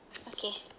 okay